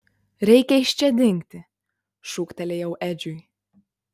reikia iš čia dingti šūktelėjau edžiui